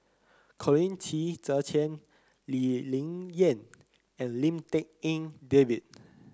Colin Qi Zhe Quan Lee Ling Yen and Lim Tik En David